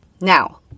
Now